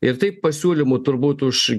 ir taip pasiūlymų turbūt už